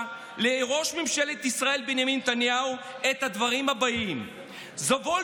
לראש ממשלת ישראל בנימין נתניהו את הדברים הבאים (אומר